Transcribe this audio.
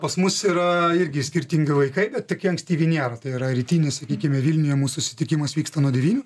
pas mus yra irgi skirtingi laikai bet tokie ankstyvi nėra tai yra rytinis sakykime vilniuje mūsų susitikimas vyksta nuo devynių